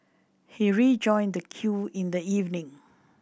he rejoined the queue in the evening